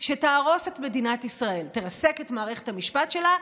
שתהרוס את מדינת ישראל, תרסק את מערכת המשפט שלה,